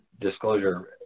disclosure